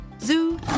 Zoo